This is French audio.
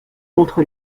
contre